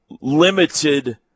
limited